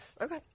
Okay